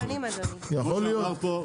יכול להיות.